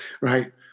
right